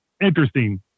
interesting